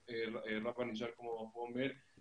כמו שאומר הרב אניג'ר,